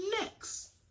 next